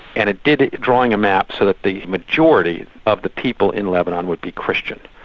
and it did it drawing a map so that the majority of the people in lebanon would be christian,